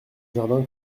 jardin